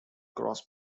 cross